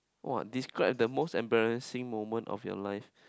!wah! describe the most embarrassing moment of your life